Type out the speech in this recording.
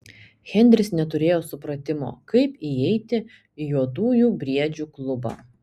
henris neturėjo supratimo kaip įeiti į juodųjų briedžių klubą